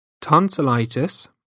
Tonsillitis